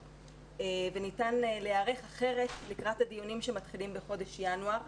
וניתן להיערך אחרת לקראת הדיונים שמתחילים בחודש ינואר.